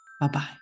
bye-bye